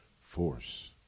force